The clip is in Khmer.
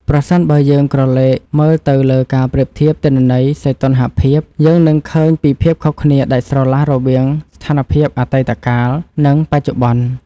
ប្រសិនបើយើងក្រឡេកមើលទៅលើការប្រៀបធៀបទិន្នន័យសីតុណ្ហភាព យើងនឹងឃើញពីភាពខុសគ្នាដាច់ស្រឡះរវាងស្ថានភាពអតីតកាល និងបច្ចុប្បន្ន។